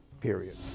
period